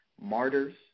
martyrs